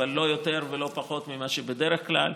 אבל לא יותר ולא פחות ממה שבדרך כלל,